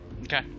Okay